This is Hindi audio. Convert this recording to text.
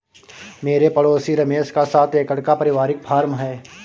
मेरे पड़ोसी रमेश का सात एकड़ का परिवारिक फॉर्म है